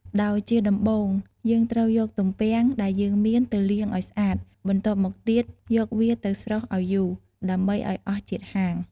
ដោយជាដំបូង យើងត្រូវយកទំពាំងដែលយើងមានទៅលាងឲ្យស្អាត បន្ទាប់មកទៀតយកវាទៅស្រុះឲ្យយូរ ដើម្បីឱ្យអស់ជាតិហាង។